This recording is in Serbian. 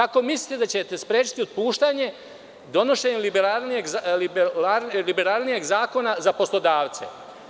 Kako mislite da ćete sprečiti otpuštanje donošenjem liberalnijeg zakona za poslodavce?